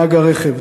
נהג הרכב,